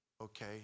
okay